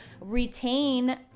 retain